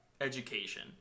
education